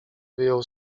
wyjął